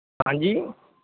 ਹਾਂਜੀ